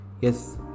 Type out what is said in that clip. Yes